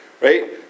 right